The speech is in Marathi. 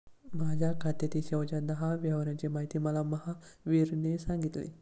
माझ्या खात्यातील शेवटच्या दहा व्यवहारांची माहिती मला महावीरने सांगितली